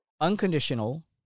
Unconditional